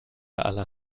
aller